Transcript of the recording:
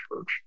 church